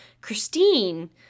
Christine